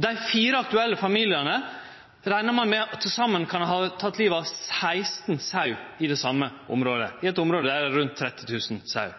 Dei fire aktuelle familiane reknar ein med at til saman kan ha teke livet av 16 sauer i det same området, i eit område der det er rundt